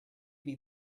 beat